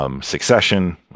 Succession